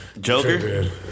Joker